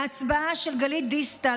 ההצבעה של גלית דיסטל